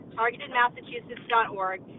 targetedmassachusetts.org